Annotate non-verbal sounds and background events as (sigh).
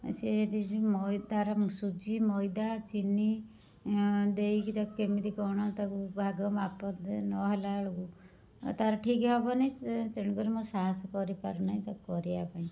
ସେ (unintelligible) ମଇଦାର ସୁଜି ମଇଦା ଚିନି ଦେଇକି ତାକୁ କେମିତି କ'ଣ ତାକୁ ଭାଗ ମାପ ନହେଲା ବେଳକୁ ତାର ଠିକ୍ ହେବନି ସେ ତେଣୁକରି ମୋର ସାହସ କରିପାରୁନାହିଁ ତାକୁ କରିବା ପାଇଁ